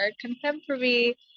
contemporary